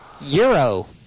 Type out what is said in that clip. Euro